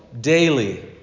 daily